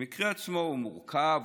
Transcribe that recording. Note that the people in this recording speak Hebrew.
המקרה עצמו הוא מורכב,